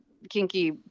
kinky